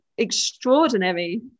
extraordinary